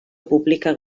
pública